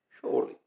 Surely